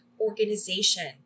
organization